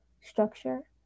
structure